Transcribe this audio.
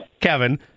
Kevin